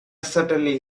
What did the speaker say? certainly